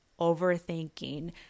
overthinking